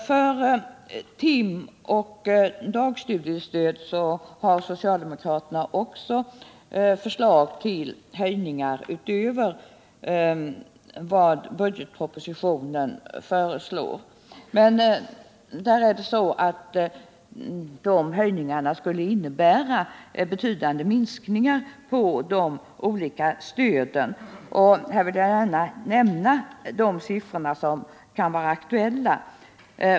För timoch dagstudiestöd har socialdemokraterna också förslag till höjningar utöver vad budgetpropositionen föreslår. De höjningarna skulle innebära betydande minskningar av de olika stöden, och jag vill gärna nämna de siffror som kan vara aktuella.